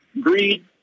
greed